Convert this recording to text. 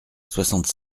soixante